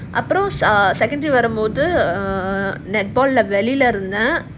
அப்புறம்:appuram err secondary வரும்போது:varumpothu err netball lah வெளில இருந்தேன்:velila irunthaen